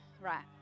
right